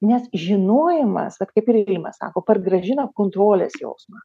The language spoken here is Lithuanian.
nes žinojimas vat kaip ir ėjimas sako pargražina kontrolės jausmą